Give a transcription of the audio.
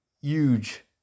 huge